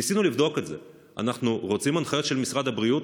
ניסינו לבדוק את זה: אנחנו רוצים הנחיות של משרד הבריאות,